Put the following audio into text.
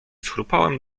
schrupałem